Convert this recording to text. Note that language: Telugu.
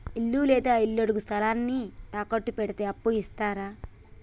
ఇల్లు లేదా ఇళ్లడుగు స్థలాన్ని తాకట్టు పెడితే అప్పు ఇత్తరా?